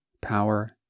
power